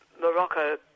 Morocco